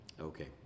Okay